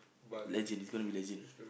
legend it's gonna be legend